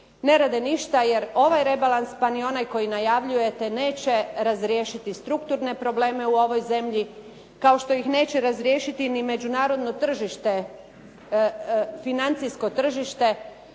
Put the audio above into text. Ne rade ništa jer ovaj rebalans pa ni onaj koji najavljujete neće razriješiti strukturne probleme u ovoj zemlji, kao što ih neće razriješiti ni međunarodno tržište, financijsko tržište.